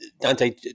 Dante